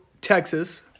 Texas